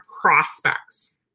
prospects